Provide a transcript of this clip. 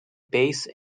base